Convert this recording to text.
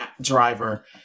driver